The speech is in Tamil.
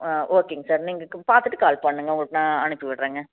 ஆ ஓகேங்க சார் நீங்கள் பார்த்துட்டு கால் பண்ணுங்க உங்களுக்கு நான் அனுப்பிவிடுறேங்க